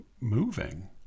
moving